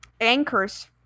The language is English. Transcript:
anchors